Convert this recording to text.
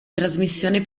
trasmissione